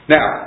Now